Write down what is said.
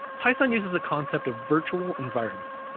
python uses the concept of virtual environments.